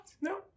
No